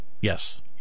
Yes